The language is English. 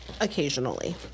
occasionally